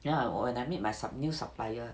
ya when I meet my sup~ my new supplier